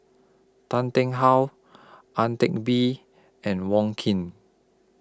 Tan Ting How Ang Teck Bee and Wong Keen